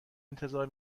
انتظار